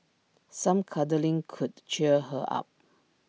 some cuddling could cheer her up